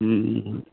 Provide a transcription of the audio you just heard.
ও ও